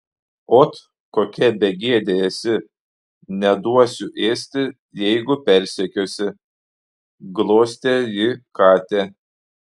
ot kokia begėdė esi neduosiu ėsti jeigu persekiosi glostė ji katę